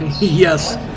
Yes